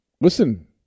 listen